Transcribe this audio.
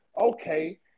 okay